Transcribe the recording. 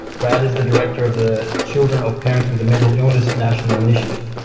brad is the director of the children of parents with a mental illness national initiative,